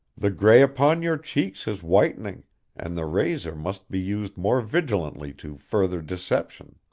the gray upon your cheeks is whitening and the razor must be used more vigilantly to further deception.